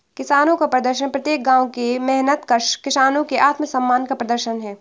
किसानों का प्रदर्शन प्रत्येक गांव के मेहनतकश किसानों के आत्मसम्मान का प्रदर्शन है